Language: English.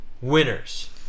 Winners